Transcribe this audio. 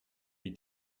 wie